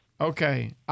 Okay